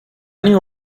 knew